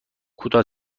کوتاه